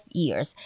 years